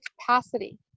capacity